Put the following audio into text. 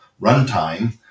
runtime